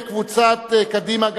לחלופין של קבוצת קדימה,